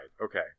Okay